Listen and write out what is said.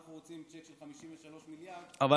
אנחנו רוצים צ'ק של 53 מיליארד ואנחנו תוך שבוע סוגרים את זה.